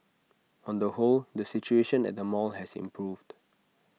on the whole the situation at the mall has improved